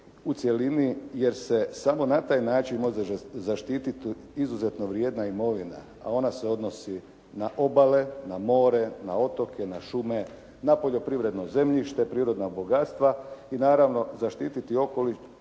u cjelini, jer se samo na taj način može zaštititi izuzetno vrijedna imovina, a ona se odnosi na obale, na more, na otoke, na šume, na poljoprivredno zemljište, prirodna bogatstva i naravno zaštititi okoliš